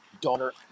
daughter